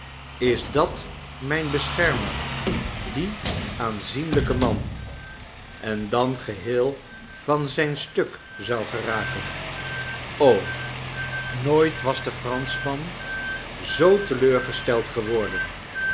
is dat mijn beschermer die aanzienlijke man en dan geheel van zijn stuk zou geraken nooit was de franschman zoo teleurgesteld geworden